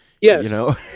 Yes